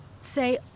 say